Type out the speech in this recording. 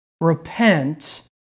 repent